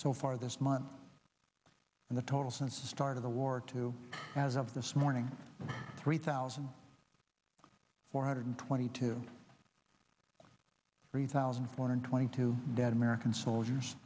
so far this month and the total since the start of the war two as of this morning three thousand four hundred twenty two three thousand four hundred twenty two dead american soldiers